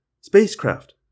spacecraft